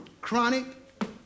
chronic